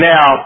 Now